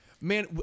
man